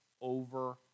over